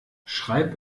schreib